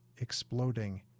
exploding